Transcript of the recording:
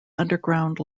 underground